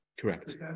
Correct